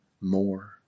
more